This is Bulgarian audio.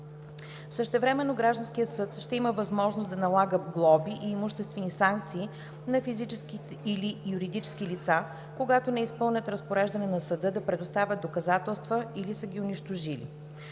Същевременно гражданският съд ще има възможност да налага глоби и имуществени санкции на физически или юридически лица, когато не изпълнят разпореждане на съда да предоставят доказателства или са ги унищожили.